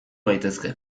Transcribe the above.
gaitezke